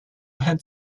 had